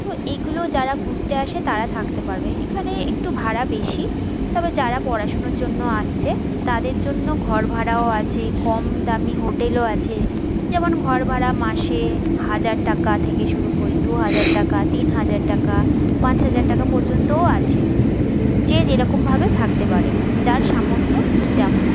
তো এগুলো যারা ঘুরতে আসে তারা থাকতে পারবে এখানে একটু ভাড়া বেশি তবে যারা পড়াশুনোর জন্য আসছে তাদের জন্য ঘর ভাড়াও আছে কম দামি হোটেলও আছে যেমন ঘর ভাড়া মাসে হাজার টাকা থেকে শুরু করে দু হাজার টাকা তিন হাজার টাকা পাঁচ হাজার টাকা পর্যন্তও আছে যে যে রকমভাবে থাকতে পারে যার সামর্থ্য যেমন